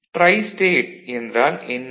tristate என்றால் என்ன